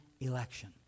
election